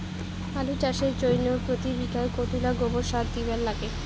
আলু চাষের জইন্যে প্রতি বিঘায় কতোলা গোবর সার দিবার লাগে?